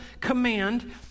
command